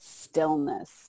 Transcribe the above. stillness